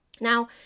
Now